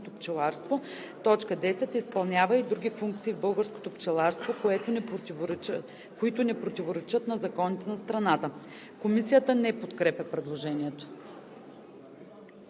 биологично пчеларство; 10. изпълнява и други функции в българското пчеларство, които не противоречат на законите на страната.“ Комисията не подкрепя предложението.